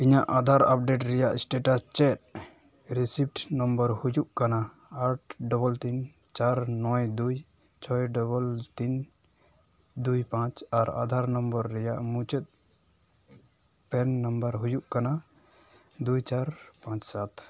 ᱤᱧᱟᱹᱜ ᱟᱫᱷᱟᱨ ᱟᱯᱰᱮᱴ ᱨᱮᱭᱟᱜ ᱥᱴᱮᱴᱟᱥ ᱪᱮᱫ ᱨᱮᱥᱤᱵᱷ ᱱᱟᱢᱵᱟᱨ ᱦᱩᱭᱩᱜ ᱠᱟᱱᱟ ᱟᱴ ᱰᱚᱵᱚᱞ ᱛᱤᱱ ᱪᱟᱨ ᱱᱚᱭ ᱫᱩᱭ ᱪᱷᱚᱭ ᱰᱚᱵᱚᱞ ᱛᱤᱱ ᱫᱩᱭ ᱯᱟᱸᱪ ᱟᱨ ᱟᱫᱷᱟᱨ ᱱᱚᱢᱵᱚᱨ ᱨᱮᱭᱟᱜ ᱢᱩᱪᱟᱹᱫ ᱯᱮᱱ ᱱᱟᱢᱵᱟᱨ ᱦᱩᱭᱩᱜ ᱠᱟᱱᱟ ᱫᱩᱭ ᱪᱟᱨ ᱯᱟᱸᱪ ᱥᱟᱛ